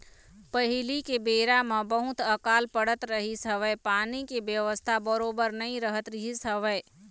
पहिली के बेरा म बहुत अकाल पड़त रहिस हवय पानी के बेवस्था बरोबर नइ रहत रहिस हवय